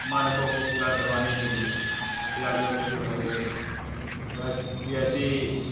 मानकों को पूरा करवाने के लिए खिलाड़ियों को जो है वह जैस जैसी